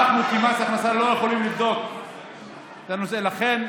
אנחנו כמס הכנסה לא יכולים לבדוק את הנושא, לכן,